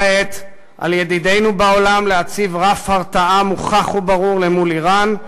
כעת על ידידינו בעולם להציב רף הרתעה מוכח וברור למול איראן,